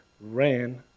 ran